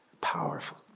powerful